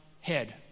head